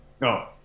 No